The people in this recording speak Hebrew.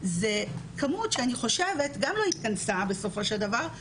זה כמות שאני חושבת גם לא התכנסה בסופו של דבר.